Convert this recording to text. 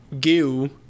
goo